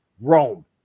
Rome